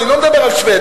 אני לא מדבר על שבדיה.